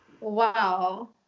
Wow